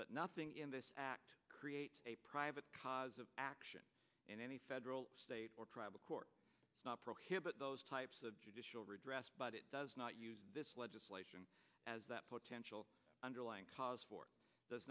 that nothing in this act creates a private cause of action in any federal state or tribal court not prohibit those types of judicial redress but it does not use this legislation as that potential underlying cause for